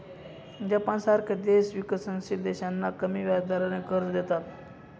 जपानसारखे देश विकसनशील देशांना कमी व्याजदराने कर्ज देतात